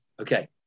Okay